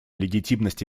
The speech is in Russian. легитимности